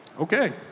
Okay